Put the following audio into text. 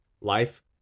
Life